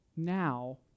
Now